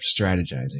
strategizing